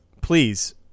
please